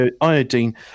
iodine